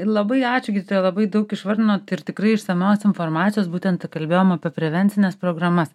labai ačiū gydytoja labai daug išvardinot ir tikrai išsamios informacijos būtent kalbėjom apie prevencines programas